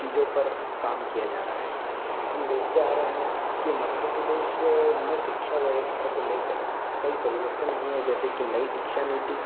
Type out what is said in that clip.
चीजों पर काम किया जा रहा है हम देखते आ रहे हैं कि मध्य प्रदेश में शिक्षा व्यवस्था को लेकर कई परिवर्तन हुये हैं जैसे कि नई शिक्षा नीति